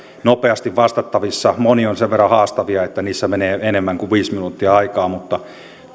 nopeasti vastattavissa monet ovat sen verran haastavia että niissä menee enemmän kuin viisi minuuttia aikaa mutta